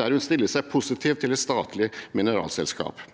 der hun stiller seg positiv til et statlig mineralselskap.